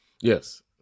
Yes